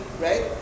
right